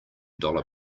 dollar